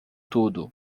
tudo